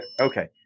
Okay